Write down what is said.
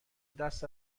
دست